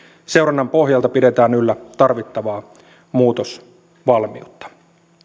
seurannan pohjalta pidetään yllä tarvittavaa muutosvalmiutta